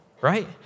right